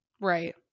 Right